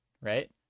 right